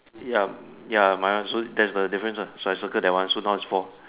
ya ya my one so that's the difference ah so I circle that one so now is four